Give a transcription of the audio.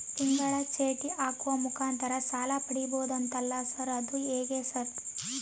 ತಿಂಗಳ ಚೇಟಿ ಹಾಕುವ ಮುಖಾಂತರ ಸಾಲ ಪಡಿಬಹುದಂತಲ ಅದು ಹೆಂಗ ಸರ್?